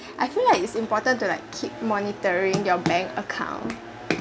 I feel like is important to like keep monitoring your bank account